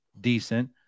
decent